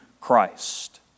Christ